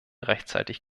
rechtzeitig